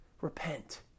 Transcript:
Repent